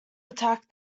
attack